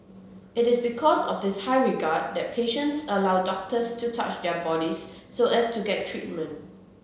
it is because of this high regard that patients allow doctors to touch their bodies so as to get treatment